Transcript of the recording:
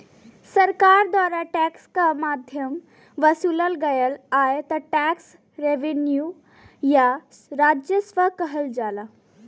सरकार द्वारा टैक्स क माध्यम वसूलल गयल आय क टैक्स रेवेन्यू या राजस्व कहल जाला